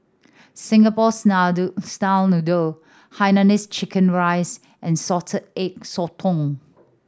Singapore style noodle hainanese chicken rice and Salted Egg Sotong